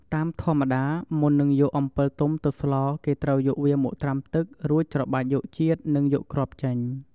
តាមធម្មតា មុននឹងយកអំពិលទុំទៅស្លគេត្រូវយកវាមកត្រាំទឹករួចច្របាច់យកជាតិនិងយកគ្រាប់ចេញ